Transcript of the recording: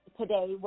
today